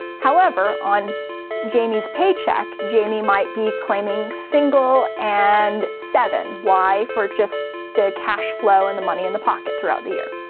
however, on jamie's paycheck, jamie might be claiming single and seven. why? for just the cash flow and the money in the pocket throughout the year.